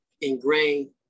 ingrain